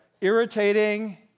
irritating